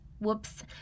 Whoops